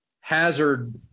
hazard